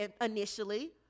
initially